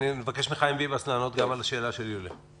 ונבקש מחיים ביבס לענות גם על השאלה של יוליה מלינובסקי.